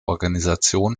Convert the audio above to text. organisation